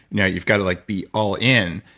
you know you've gotta like be all in.